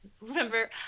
remember